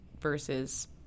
versus